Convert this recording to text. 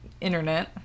internet